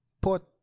put